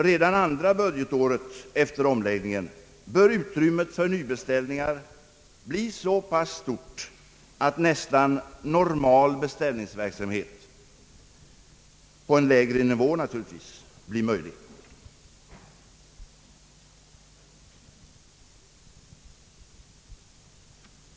Redan andra budgetåret efter omläggningen bör utrymmet för nybeställningar bli så stort att nästan normal beställningsverksamhet på en lägre nivå blir möjlig.